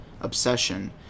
obsession